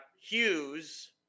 Hughes